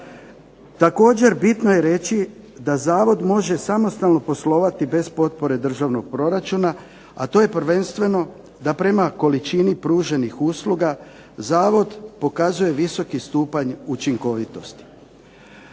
Također bitno je reći da Zavod može samostalno poslovati bez potpore Državnog proračuna a to je prvenstveno da prema količini pruženih usluga zavod pokazuje visoki stupanj učinkovitosti.